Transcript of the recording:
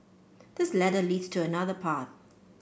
this ladder leads to another path